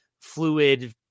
fluid